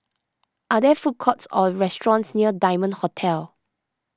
are there food courts or restaurants near Diamond Hotel